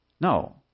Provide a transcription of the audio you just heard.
No